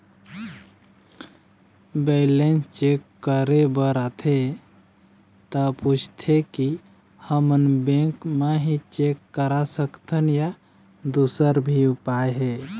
Balance check करे बर आथे ता पूछथें की हमन बैंक मा ही चेक करा सकथन या दुसर भी उपाय हे?